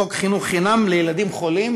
חוק חינוך חינם לילדים חולים,